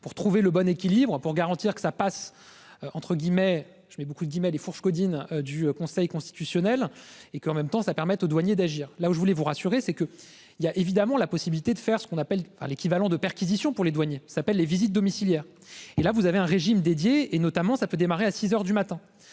pour trouver le bon équilibre pour garantir que ça passe. Entre guillemets, je mets beaucoup de guillemets les fourches caudines du Conseil constitutionnel et qu'en même temps ça permet aux douaniers d'agir là où je voulais vous rassurer c'est que il y a évidemment la possibilité de faire ce qu'on appelle l'équivalent de perquisition pour les douaniers s'appelle les visites domiciliaires et là vous avez un régime dédié et notamment ça peut démarrer à 6h du matin